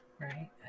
right